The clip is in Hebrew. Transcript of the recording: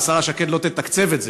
השרה שקד לא תתקצב את זה,